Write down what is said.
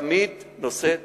תמיד צריך תקציב,